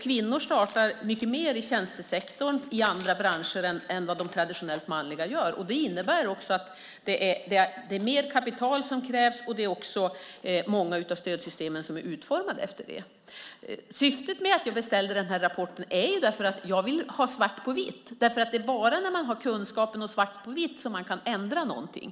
Kvinnor startar mycket mer företag i tjänstesektorn, i andra branscher än vad männen traditionellt gör. Det innebär att det krävs mer kapital. Många av stödsystemen är också utformade efter det. Syftet med att beställa rapporten var att jag vill ha svart på vitt. Det är bara när man har kunskap och svart på vitt som man kan ändra någonting.